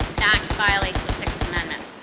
that can violate the sixth amendment.